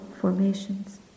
formations